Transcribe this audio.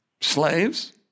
Slaves